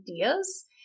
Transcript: ideas